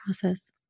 process